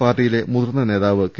പാർട്ടിയിലെ മുതിർന്ന നേതാവ് കെ